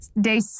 Day